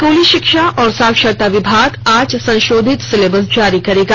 स्कूली शिक्षा और साक्षरता विभाग आज संशोधित सिलेबस जारी करेगा